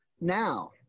Now